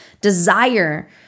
desire